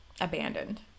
abandoned